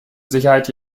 sicherheit